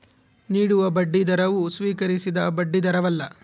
ನೀಡುವ ಬಡ್ಡಿದರವು ಸ್ವೀಕರಿಸಿದ ಬಡ್ಡಿದರವಲ್ಲ